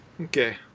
Okay